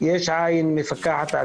יש עין מפקחת.